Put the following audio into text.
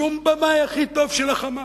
שום במאי, הכי טוב של ה"חמאס",